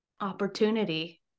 opportunity